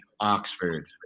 Oxford